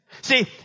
See